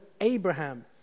Abraham